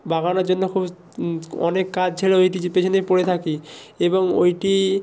বাগানোর জন্য খুব অনেক কাজ ছেড়ে ওইটি যে পেছনে পড়ে থাকি এবং ওইটি